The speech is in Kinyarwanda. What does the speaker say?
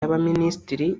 y’abaminisitiri